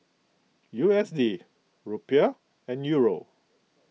U S D Rupiah and Euro